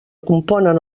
componen